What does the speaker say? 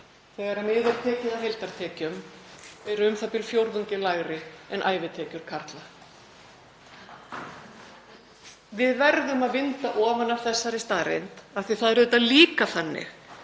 þegar mið er tekið af heildartekjum, eru u.þ.b. fjórðungi lægri en ævitekjur karla. Við verðum að vinda ofan af þessari staðreynd af því að það er auðvitað líka þannig